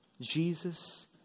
Jesus